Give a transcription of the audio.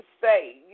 say